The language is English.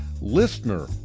Listener